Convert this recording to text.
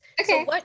Okay